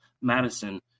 Madison